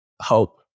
hope